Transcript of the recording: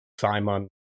Simon